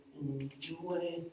enjoy